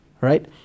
Right